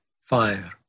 fire